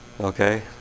Okay